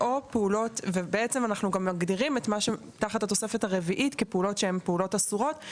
אנחנו גם מגדירים את מה שתחת התוספת הרביעית כפעולות שהן פעולות אסורות,